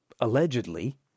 allegedly